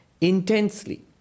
Intensely